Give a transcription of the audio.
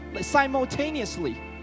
simultaneously